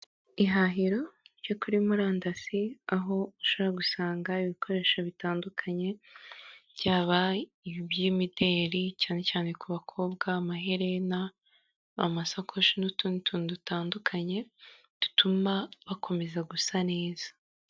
Ihahiro ryo kuri murandasi aho ushobora gusanga ibikoresho bitandukanye byaba imideri cyane cyane ku bakobwa amaherena amasakoshi n'utundi dutandukanye dutuma bakomeza gusa neza.